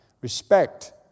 Respect